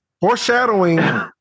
Foreshadowing